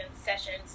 sessions